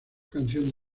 canción